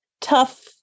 tough